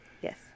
Yes